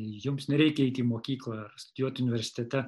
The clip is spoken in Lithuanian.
jums nereikia eiti į mokyklą ar studijuoti universitete